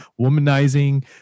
womanizing